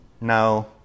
Now